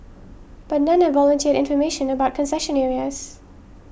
but none have volunteered information about concession areas